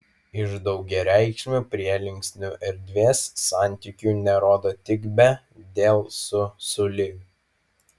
iš daugiareikšmių prielinksnių erdvės santykių nerodo tik be dėl su sulig